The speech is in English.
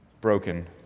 broken